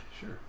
Sure